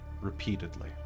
repeatedly